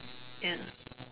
ya